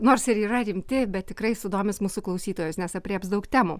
nors ir yra rimti bet tikrai sudomins mūsų klausytojus nes aprėps daug temų